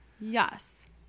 Yes